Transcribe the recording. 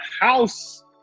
house